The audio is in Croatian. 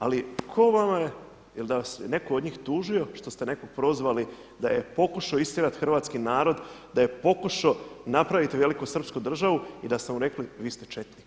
Ali tko vama, da li vas je netko od njih tužio što ste nekog prozvali da je pokušao istjerati hrvatski narod, da je pokušao napraviti velikosrpsku državu i da ste mu rekli vi ste četnik.